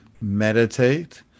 meditate